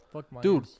Dude